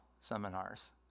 seminars